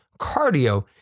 cardio